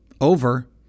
over